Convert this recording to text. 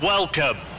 Welcome